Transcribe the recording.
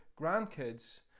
grandkids